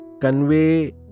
convey